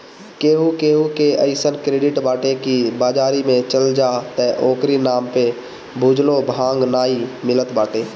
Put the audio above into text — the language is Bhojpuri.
केहू केहू के अइसन क्रेडिट बाटे की बाजारी में चल जा त ओकरी नाम पे भुजलो भांग नाइ मिलत बाटे